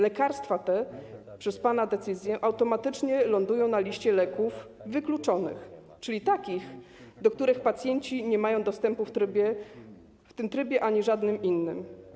Lekarstwa te przez pana decyzję automatycznie lądują na liście leków wykluczonych, czyli takich, do których pacjenci nie mają dostępu ani w tym trybie, ani w żadnym innym.